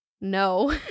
no